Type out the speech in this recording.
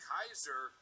Kaiser